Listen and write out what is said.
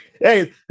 Hey